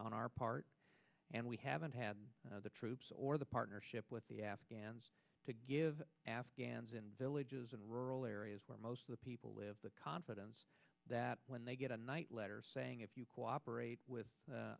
on our part and we haven't had the troops or the partnership with the afghans to give afghans in villages and rural areas where most of the people live the confidence that when they get a night letter saying if you cooperate with